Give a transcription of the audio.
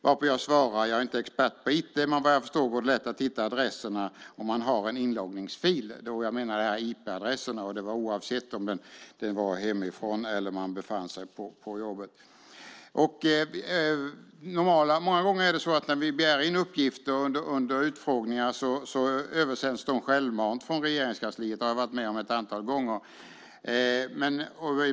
Därpå svarade jag: Jag är inte expert på IT, men vad jag förstår går det lätt att hitta adresserna om man har en inloggningsfil - det jag menade var IP-adressen - oavsett om man varit hemma eller om man befunnit sig på jobbet. Många gånger är det så att när vi begär in uppgifter under utfrågningar översänder man dem självmant från Regeringskansliet. Det har jag varit med om ett antal gånger.